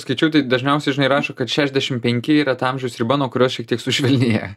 skaičiau tai dažniausiai žinai rašo kad šešiasdešim penki yra ta amžiaus riba nuo kurios šiek tiek sušvelnėja